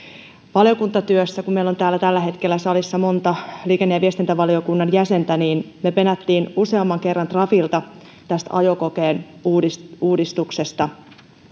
valiokuntatyössä kun meillä on täällä tällä hetkellä salissa monta liikenne ja viestintävaliokunnan jäsentä me penäsimme useamman kerran trafilta tästä ajokokeen uudistuksesta uudistuksesta